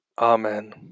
Amen